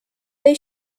they